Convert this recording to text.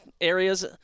areas